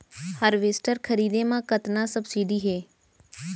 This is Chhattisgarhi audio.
हारवेस्टर खरीदे म कतना सब्सिडी हे?